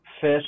fish